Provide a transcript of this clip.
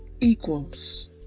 equals